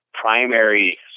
primary